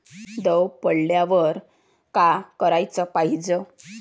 दव पडल्यावर का कराच पायजे?